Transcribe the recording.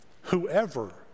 whoever